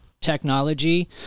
technology